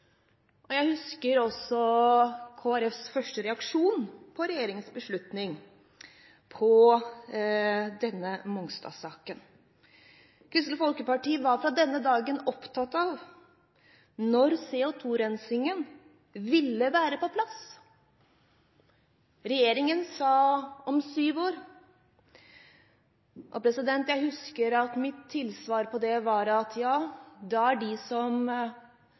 og jeg husker også Kristelig Folkepartis første reaksjon på regjeringens beslutning i denne Mongstad-saken. Kristelig Folkeparti var fra denne dagen opptatt av når CO2-rensingen ville være på plass. Regjeringen sa om syv år, og jeg husker at mitt tilsvar til det var at de som ble født denne oktoberdagen, da